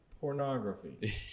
pornography